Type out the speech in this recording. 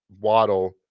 Waddle